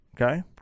okay